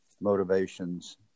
motivations